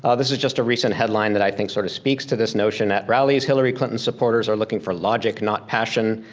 ah this is just a recent headline that i think sort of speaks to this notion. at rallies, hillary clinton's supporters are looking for logic, not passion.